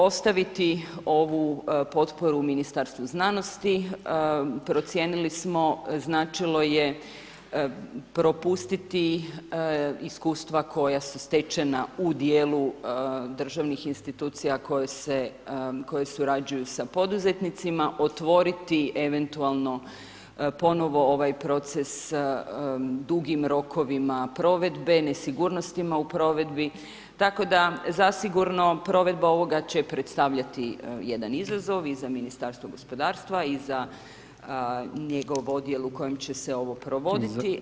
Ostaviti ovu potporu Ministarstvu znanosti, procijenili smo značilo je propustiti iskustva koja su stečena u dijelu državnih institucija koje surađuju sa poduzetnicima, otvoriti eventualno ponovno ovaj proces dugim rokovima provedbe, nesigurnostima u provedbi, tako da zasigurno provedba ovoga će predstavljati jedan izazov i za Ministarstvo gospodarstva i za njegov odjel u kojem će se ovo provoditi.